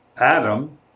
Adam